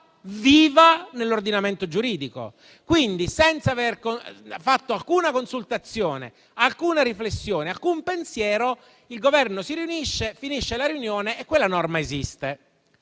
viva nell'ordinamento giuridico. Quindi, senza aver fatto alcuna consultazione, alcuna riflessione e alcun pensiero, il Governo si riunisce, finisce la riunione e quella norma esiste.